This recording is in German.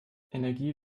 energie